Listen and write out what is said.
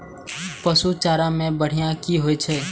पशु चारा मैं बढ़िया की होय छै?